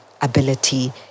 ability